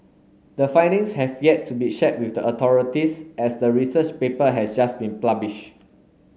the findings have yet to be shared with the authorities as the research paper has just been published